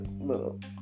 look